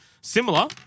similar